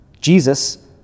Jesus